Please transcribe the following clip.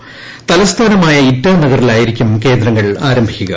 ത്ലൂസ്മാനമായ ഇറ്റാനഗറിലായിരിക്കും കേന്ദ്രങ്ങൾ ആരംഭിക്കുക